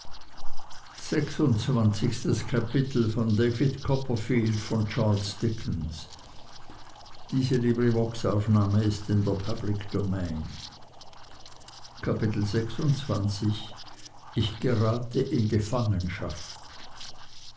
ich gerate in gefangenschaft